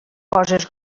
poses